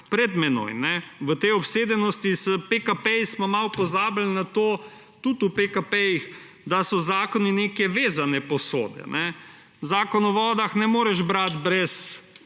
pred menoj. V tej obsedenosti s PKP-ji, smo malo pozabili na to, tudi v PKP-jih, da so zakoni neke vezane posode. Zakona o vodah ne moreš brati brez